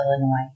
Illinois